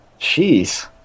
Jeez